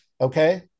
Okay